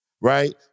right